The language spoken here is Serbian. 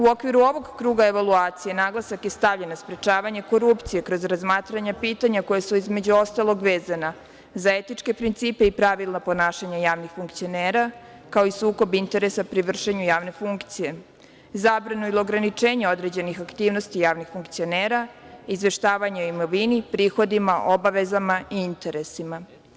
U okviru ovog kruga evaluacije naglasak je stavljen na sprečavanje korupcije kroz razmatranje pitanja koja su između ostalog vezana za etičke principe i pravila ponašanja javnih funkcionera, kao i sukob interesa pri vršenju javne funkcije, zabrana ili ograničenja određenih aktivnosti javnih funkcionera, izveštavanje o imovini, prihodima, obavezama i interesima.